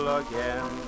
again